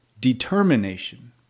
determination